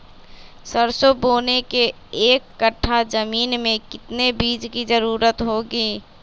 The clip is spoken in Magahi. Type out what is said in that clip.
सरसो बोने के एक कट्ठा जमीन में कितने बीज की जरूरत होंगी?